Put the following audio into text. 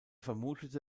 vermutete